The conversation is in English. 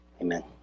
amen